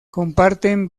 comparten